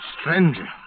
Stranger